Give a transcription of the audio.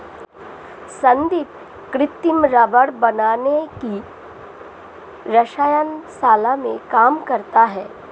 संदीप कृत्रिम रबड़ बनाने की रसायन शाला में काम करता है